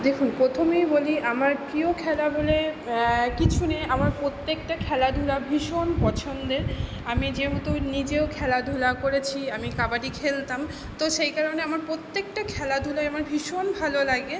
দেখুন প্রথমেই বলি আমার প্রিয় খেলা বলে কিছু নেই আমার প্রত্যেকটা খেলাধুলা ভীষণ পছন্দের আমি যেহতু নিজেও খেলাধুলা করেছি আমি কাবাডি খেলতাম তো সেই কারণে আমার প্রত্যেকটা খেলাধুলাই আমার ভীষণ ভালো লাগে